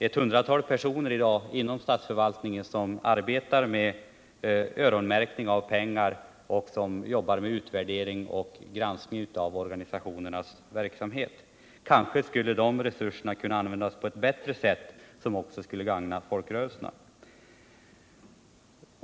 Ett hundratal personer inom statsförvaltningen torde i dag arbeta med öronmärkning av pengar samt utvärdering och granskning av organisationernas verksamhet. Dessa resurser skulle kanske kunna användas på ett bättre sätt och så att också folkrörelserna gagnas.